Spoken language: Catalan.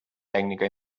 tècnica